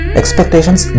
expectations